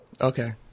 Okay